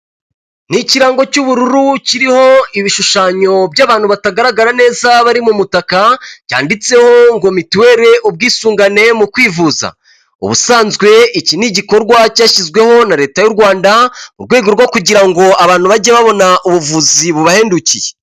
Ni ikirango cy'ubururu kiriho ibishushanyo by'abantu batagaragara neza bari mu butaka, cyanditseho ngo mituweli ubwisungane mu kwivuza. Ubusanzwe iki ni igikorwa cyashyizweho na leta y'u Rwanda, mu rwego rwo kugirango abantu bajye babona ubuvuzi bubahendukiye.